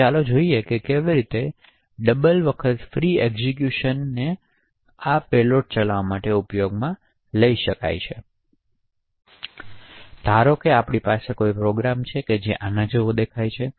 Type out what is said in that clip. તો ચાલો જોઈએ કે કેવી રીતે ડબલ ફ્રી એક્ઝેક્યુશનને પલટાવા માટે ઉપયોગ શકે છે અને આ પેલોડને ચલાવવા માટે દબાણ કરી શકે છે ચાલો ધારીએ કે આપની પાસે કોઈ પ્રોગ્રામ છે જે આના જેવો દેખાય છે